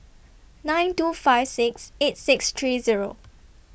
nine two five six eight six three Zero